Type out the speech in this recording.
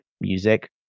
music